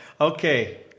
Okay